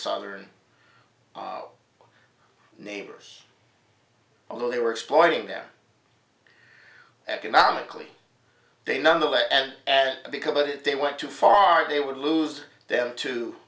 southern neighbors although they were exploiting their economically they nonetheless and because of it they went too far they would lose them to